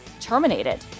terminated